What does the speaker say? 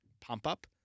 pump-up